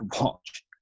watch